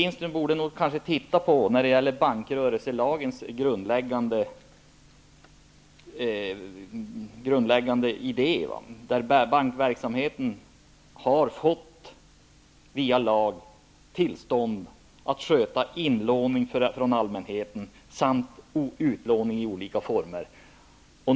När det gäller bankrörelselagens bakomliggande motiv har bankerna via lag fått tillstånd att sköta inlåning från allmänheten samt utlåning i olika former.